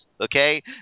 Okay